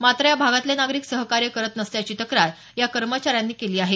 मात्र या भागातले नागरिक सहकार्य करत नसल्याची तक्रारी या कर्मचाऱ्यांनी केली आहे